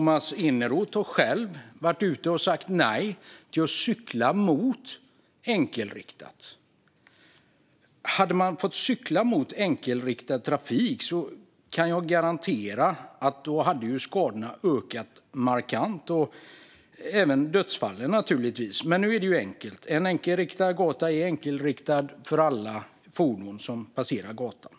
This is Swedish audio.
Tomas Eneroth har själv varit ute och sagt nej till cykling mot enkelriktad trafik. Jag kan garantera att om man hade fått cykla mot enkelriktad trafik hade skadorna ökat markant och naturligtvis även dödsfallen. Men nu är det enkelt. En enkelriktad gata är enkelriktad för alla fordon som kör på gatan.